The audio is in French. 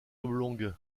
oblongue